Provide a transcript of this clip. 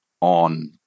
on